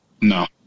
No